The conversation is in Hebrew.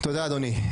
תודה אדוני.